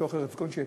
בתוך ארץ גושן,